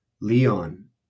Leon